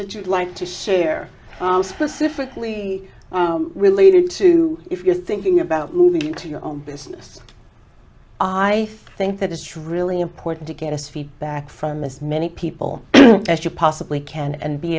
that you'd like to share specifically related to if you're thinking about moving into your own business i think that it's really important to get us feedback from as many people as you possibly can and be